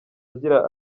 agira